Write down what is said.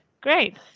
Great